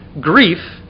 grief